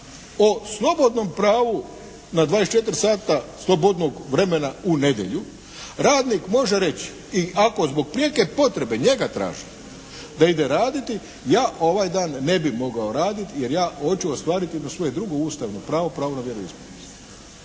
o slobodnom pravu na 24 sata slobodnog vremena u nedjelju radnik može reći i ako zbog prijeke potrebe njega traži da ide raditi ja ovaj dan ne bi mogao raditi jer ja hoću ostvariti jedno svoje drugo ustavno pravo – pravo na vjeroispovijest.